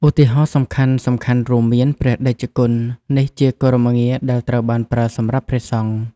ឧទាហរណ៍សំខាន់ៗរួមមាន ព្រះតេជគុណ នេះជាគោរមងារដែលត្រូវបានប្រើសម្រាប់ព្រះសង្ឃ។